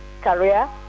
career